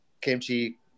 kimchi